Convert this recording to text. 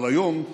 אבל היום,